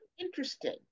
interesting